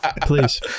Please